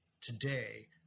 today